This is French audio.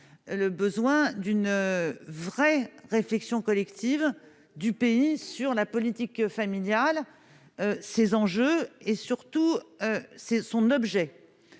le besoin d'une vraie réflexion collective du pays sur la politique familiale, ces enjeux et, surtout, c'est son objet